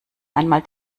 einmal